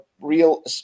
real